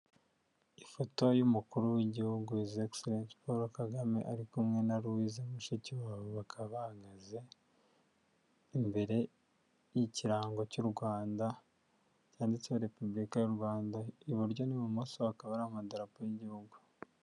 Ifoto y'umukuru w'Igihugu hizi egiseresi Paul Kagame ari kumwe na Louise Mushikiwabo bakaba bahagaze imbere y'ikirango cy'u Rwanda cyanditseho Repubulika y'u Rwanda, iburyo n'ibumoso hakaba hari amadarapo y'Igihugu.